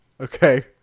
Okay